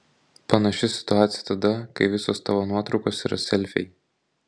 panaši situacija tada kai visos tavo nuotraukos yra selfiai